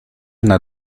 una